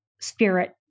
spirit